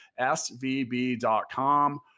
SVB.com